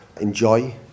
enjoy